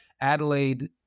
Adelaide